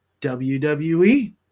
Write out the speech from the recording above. WWE